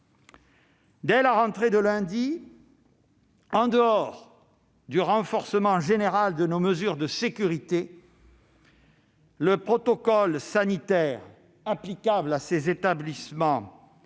Dès la rentrée de lundi, en dehors du renforcement général de nos mesures de sécurité, le protocole sanitaire applicable à ces établissements